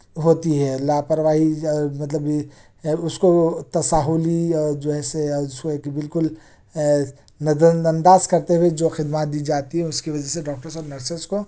ہوتی ہے لاپرواہی مطلب یہ اس کو تساہلی اور جو ہے سے سو ایک بالکل نظر انداز کر کے کرتے ہوئے جو خدمات دی جاتی ہیں اس کے وجہ سے ڈاکٹرس اور نرسیز کو